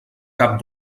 cap